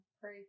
Pray